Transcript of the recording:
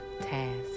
task